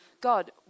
God